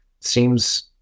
seems